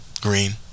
green